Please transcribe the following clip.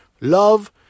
Love